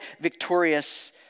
victorious